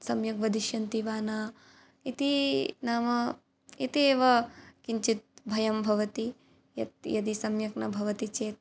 सम्यक् वदिष्यन्ति वा न इति नाम इति एव किञ्चित् भयं भवति यदि सम्यक् न भवति चेत्